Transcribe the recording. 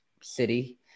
city